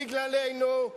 בגללנו,